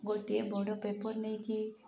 ଗୋଟିଏ ବଡ଼ ପେପର୍ ନେଇକି